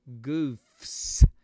goofs